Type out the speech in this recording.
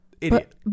Idiot